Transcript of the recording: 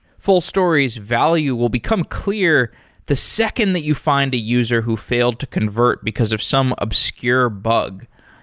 fullstory's value will become clear the second that you find a user who failed to convert because of some obscure bug.